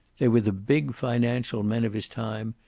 they were the big financial men of his time,